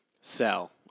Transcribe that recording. Sell